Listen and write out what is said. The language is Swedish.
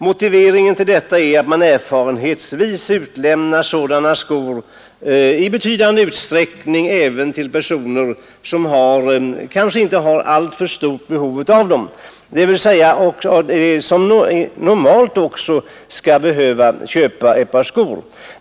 Motiveringen till detta är att man enligt vad erfarenheten visar utlämnar sådana skor i betydande utsträckning även till personer som har råd att betala sina skor.